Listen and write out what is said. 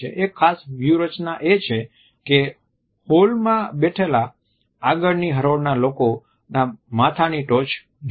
એક ખાસ વ્યૂહરચના એ છે કે હોલ માં બેઠેલા આગળની હરોળના લોકોના માથાની ટોચ જુઓ